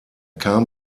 kam